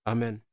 Amen